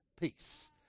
peace